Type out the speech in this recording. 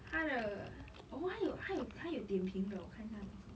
他的 oh 他有他有他有点评的我看一下这是什么